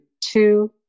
two